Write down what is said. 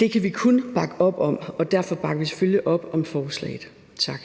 Det kan vi kun bakke op om, og derfor bakker vi selvfølgelig op om forslaget. Tak.